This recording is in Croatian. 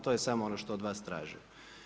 To je samo ono što od vas tražim.